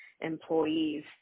employees